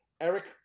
Eric